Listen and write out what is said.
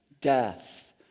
Death